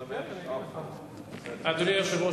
אדוני היושב-ראש,